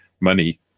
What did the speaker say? money